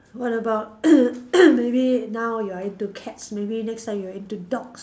what about maybe now you are into cats maybe next time you are into dogs